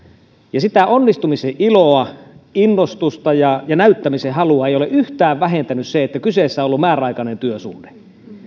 ja sitä onnistumisen iloa innostusta ja ja näyttämisen halua ei ole yhtään vähentänyt se että kyseessä on ollut määräaikainen työsuhde